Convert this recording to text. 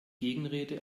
gegenrede